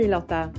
Lotta